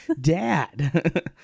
Dad